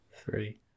three